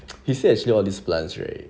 he said actually all these plants right